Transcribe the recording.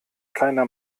keiner